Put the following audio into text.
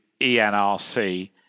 ENRC